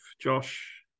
Josh